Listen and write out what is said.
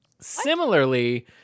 Similarly